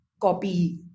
copy